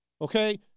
okay